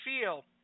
feel